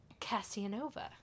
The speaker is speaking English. Cassianova